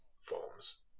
forms